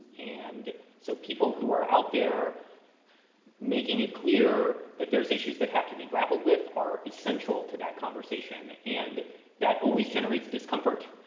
and so people who are out there making it clear that there's issues that have to be grappled with are essential to that conversation. and that always generates discomfort,